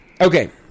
Okay